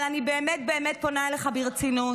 אבל אני באמת באמת פונה אליך ברצינות,